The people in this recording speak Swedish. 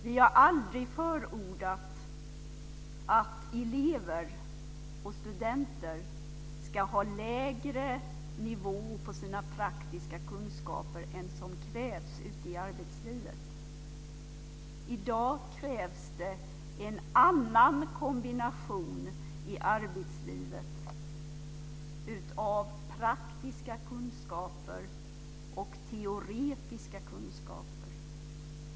Vi har aldrig förordat att elever och studenter ska ha lägre nivå på sina praktiska kunskaper än som krävs ute i arbetslivet. I dag krävs det en annan kombination i arbetslivet av praktiska kunskaper och teoretiska kunskaper.